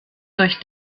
durch